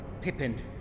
Pippin